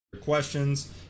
Questions